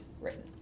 written